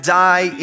die